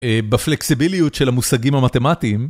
בפלקסיביליות של המושגים המתמטיים.